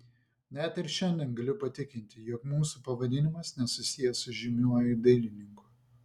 net ir šiandien galiu patikinti jog mūsų pavadinimas nesusijęs su žymiuoju dailininku